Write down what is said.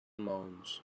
maons